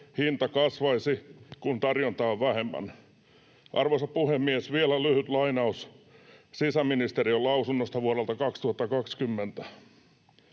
hinta kasvaisi, kun tarjontaa on vähemmän. Arvoisa puhemies! Vielä lyhyt lainaus sisäministeriön lausunnosta vuodelta 2020: